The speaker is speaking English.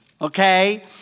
Okay